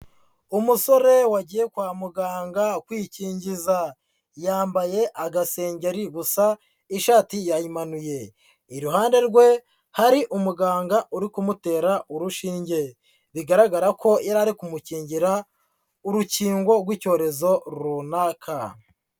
Umusore wagiye kwa muganga kwikingiza, yambaye agasengeri gusa ishati yayimanuye, iruhande rwe hari umuganga uri kumutera urushinge, bigaragara ko yari ari kumukingira urukingo rw'icyorezo runaka.